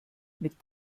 mit